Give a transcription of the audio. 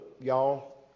y'all